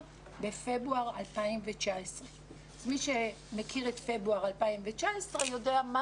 בפברואר 2019. מי שמכיר את פברואר 2019 יודע מה